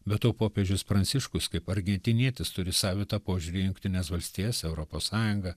be to popiežius pranciškus kaip argentinietis turi savitą požiūrį į jungtines valstijas europos sąjungą